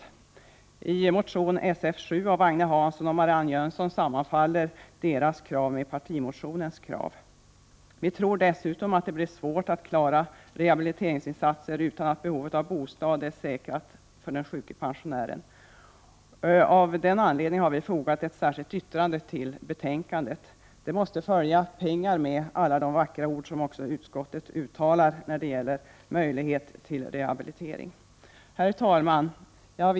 Kraven i motion 1988/89:Sf7 av Agne Hansson och Marianne Jönsson överensstämmer med partimotionens krav. Vidare tror vi att det blir svårt att klara rehabiliteringsinsatserna utan att först ha säkrat detta med bostaden för den sjuke pensionären. Av den anledningen har vi fogat ett särskilt yttrande till betänkandet. Det måste alltså finnas pengar bakom alla vackra ord som också utskottet uttalar när det gäller möjligheterna till rehabilitering. Herr talman!